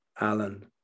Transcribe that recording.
Alan